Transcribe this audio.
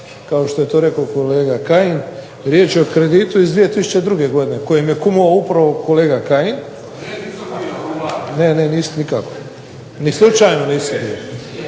kao što je to rekao kolega Kajin. Riječ je o kreditu iz 2002. godine kojem je kumovao upravo kolega Kajin… … /Upadica se ne